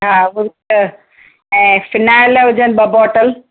हा उहो ई त ऐं फ़िनाइल हुजनि ॿ बॉटल